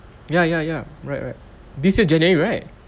ya ya ya right right this year january right